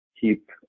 keep